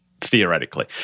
theoretically